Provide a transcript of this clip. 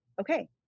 okay